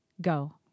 go